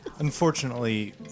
Unfortunately